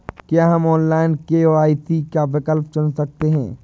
क्या हम online KYC का विकल्प चुन सकते हैं?